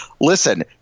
listen